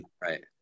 right